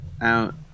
out